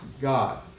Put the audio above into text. God